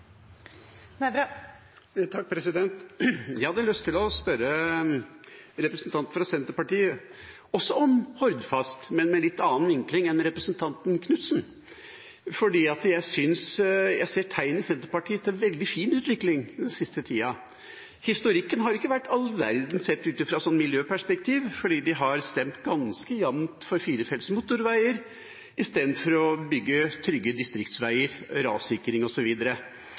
Jeg hadde lyst til å spørre representanten fra Senterpartiet også om Hordfast, men med litt annen vinkling enn representanten Knutsen, for jeg synes jeg ser tegn i Senterpartiet til en veldig fin utvikling den siste tida. Historikken har ikke vært all verden sett fra et miljøperspektiv, for de har stemt ganske jevnt for firefelts motorveier istedenfor å bygge trygge distriktsveier, rassikring